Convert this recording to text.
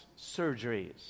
surgeries